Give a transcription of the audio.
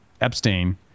Epstein